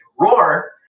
roar